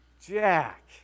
Jack